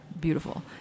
Beautiful